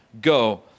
go